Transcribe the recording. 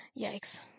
Yikes